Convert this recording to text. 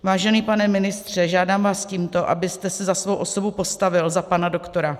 Vážený pane ministře, žádám vás tímto, abyste se svou osobou postavil za pana doktora.